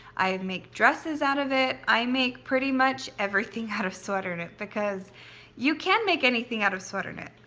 i and make dresses out of it. i make pretty much everything out of sweater knit because you can make anything out of sweater knit.